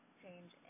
change